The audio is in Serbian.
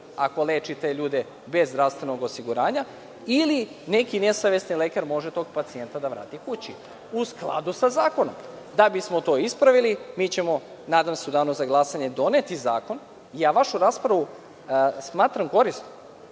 ako leči te ljude bez zdravstvenog osiguranja ili neki nesavesni lekar može tog pacijenta da vrati kući, u skladu sa zakonom. Da bismo to ispravili, mi ćemo nadam se u danu za glasanje doneti zakon. Vašu raspravu smatram korisnom.